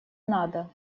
надо